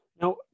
Now